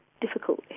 difficult